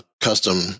custom